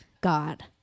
God